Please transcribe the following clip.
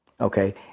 Okay